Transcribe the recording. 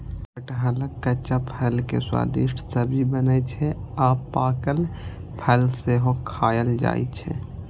कटहलक कच्चा फल के स्वादिष्ट सब्जी बनै छै आ पाकल फल सेहो खायल जाइ छै